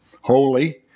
holy